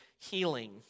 healing